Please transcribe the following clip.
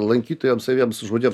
lankytojams saviems žmonėms